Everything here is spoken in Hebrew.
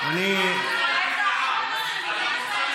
היושב-ראש,